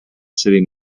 city